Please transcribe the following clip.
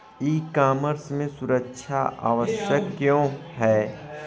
ई commerce में सुरक्षा आवश्यक क्यों है?